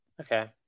Okay